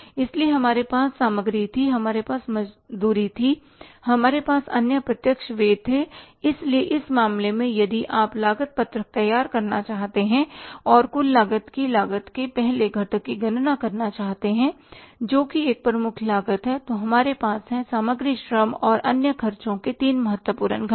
इसलिए हमारे पास सामग्री थी हमारे पास मजदूरी थी और हमारे पास अन्य प्रत्यक्ष व्यय थे इसलिए इस मामले में यदि आप लागत पत्रक तैयार करना चाहते हैं और कुल लागत की लागत के पहले घटक की गणना करना चाहते हैं जो कि एक प्रमुख लागत है तो हमारे पास है सामग्री श्रम और अन्य ख़र्चों के तीन महत्वपूर्ण घटक